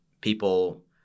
People